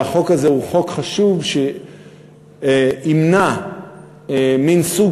והחוק הזה הוא חוק חשוב שימנע מין סוג